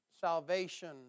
Salvation